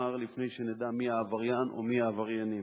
לפני שנדע מי העבריין או מי העבריינים.